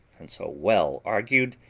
and so well argued,